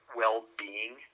well-being